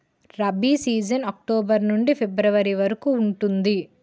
rabi season October నుండి February వరకు ఉంటుంది